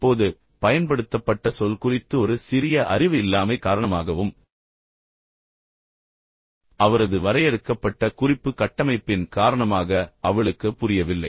இப்போது பயன்படுத்தப்பட்ட சொல் குறித்து ஒரு சிறிய அறிவு இல்லாமை காரணமாகவும் அவரது வரையறுக்கப்பட்ட குறிப்பு கட்டமைப்பின் காரணமாக அவளுக்குப் புரியவில்லை